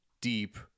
Deep